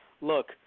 look